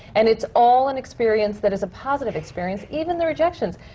and it's all an experience that is a positive experience, even the rejections.